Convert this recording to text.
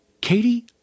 Katie